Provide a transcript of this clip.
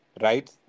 right